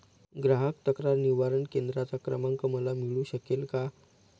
ग्राहक तक्रार निवारण केंद्राचा क्रमांक मला मिळू शकेल का?